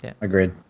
Agreed